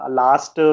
last